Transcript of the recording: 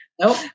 Nope